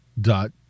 dot